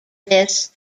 this